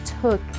took